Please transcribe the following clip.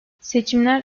seçimler